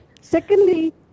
Secondly